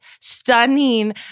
stunning